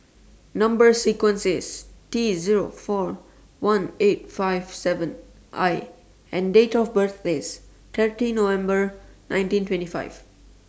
Number sequence IS T Zero four one eight five seven I and Date of birth IS thirty November nineteen twenty five